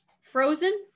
Frozen